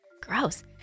Gross